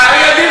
מה ללמוד?